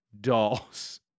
dolls